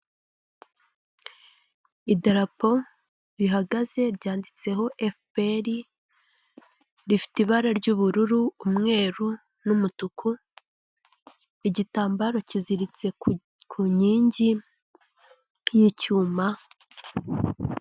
Idarapo rihagaze ryanditseho FPR, rifite ibara ry'ubururu, umweru n'umutuku, igitambaro kiziritse ku nkingi y'icyuma.